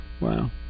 Wow